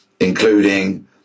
including